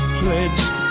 pledged